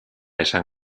esan